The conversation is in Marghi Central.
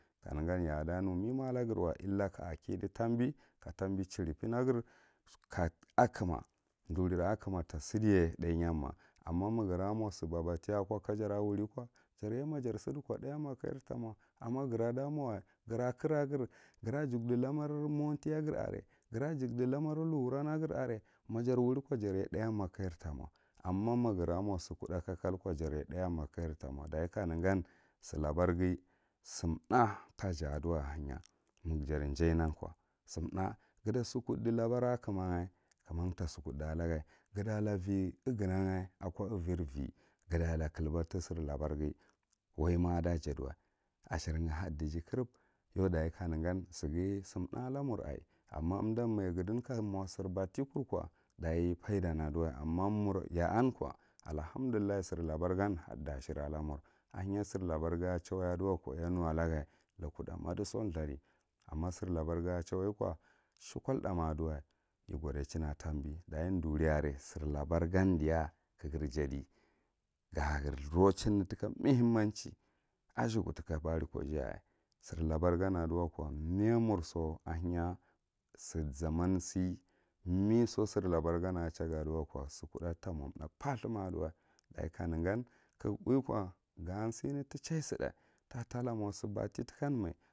Ka negan yaɗa nume ma alagirwa illa ka a kkidi tambi ka tambi charipinnagir ka akkuma durira akuma tasidiya thayanma, amma magira mo sibabath ako ka jara wuri ko jarye ma jar side ko thayannma ka jar tamo, amma gira da mowa gira kira gne gira jukdi lanar mowantiya gir are, gira kira giv jukɗi lannar lukuran na gir are, majr wuli ko jarge thayema ka karye ka gar ta mo, amma ma gira mo si kuɗɗa kalkalko jarya thayama kajar ta mo dagi ka negan sir labar ghi sim thah ta ka aɗuwa ahenya unaga jadi jayenako sit hah ga ta sukuɗɗa alaga, gata la vey aghana ga, a ko lurry ve gala cliba tisir labar shi waima ada jaliwa asherge haɗɗiji kurub yau ɗachi ka negan sighi sithah ala mur aih amma umdan maja ghaɗin ka m sir battikurko dachi faiɗan aduwa amma mu rya an ko allahandullah sir labou gan haɗɗi ahery alaama ahenya sir labarghi a chawye aduwa ko yanu alaga likuda madiso thudi anma sir labarghi ako chay shekol tha ma aduwa igoɗichin aka tambi, ɗaci ɗuri are sir labr gan viya ka gir jedi ka gir raching tika mehemmanchi asikuɗ tika bureka giyayaye, sir labar gan aɗuwan ko me a murrghe ahenya sir zaman si meso sir labar gan ako chaga a ɗuwa ko, si kuɗɗa ta mo th’a parthy ma aɗuwa, ɗachi ka negan ka ga uwiko ga sina ti chaisiɗa tata lamo sibatti tikaan mai.